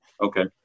okay